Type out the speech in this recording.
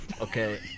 Okay